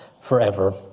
forever